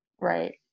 Right